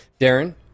darren